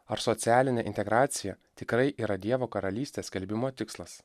ar socialinė integracija tikrai yra dievo karalystės skelbimo tikslas